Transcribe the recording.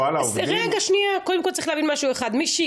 מירושלים,